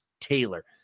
Taylor